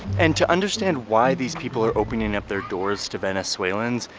and to understand why these people are opening up their doors to venezuelans,